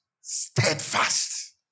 steadfast